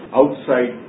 outside